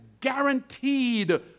guaranteed